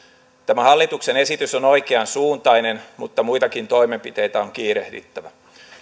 tämä hallituksen esitys on oikean suuntainen mutta muitakin toimenpiteitä on kiirehdittävä